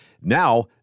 Now